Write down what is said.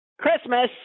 Christmas